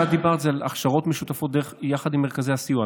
את דיברת על הכשרות משותפות יחד עם מרכזי הסיוע,